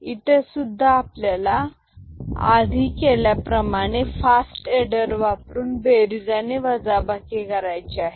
इथे सुद्धा आपल्याला आधी केल्याप्रमाणे फास्ट एडर वापरून बेरीज आणि वजाबाकी करायची आहे